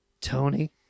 Tony